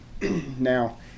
Now